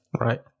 right